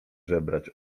żebrać